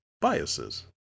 biases